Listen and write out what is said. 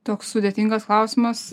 toks sudėtingas klausimas